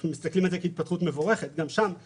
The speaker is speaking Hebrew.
מסתכלים על זה כהתפתחות מבורכת היא